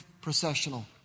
processional